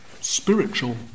spiritual